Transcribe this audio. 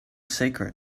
secret